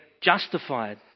justified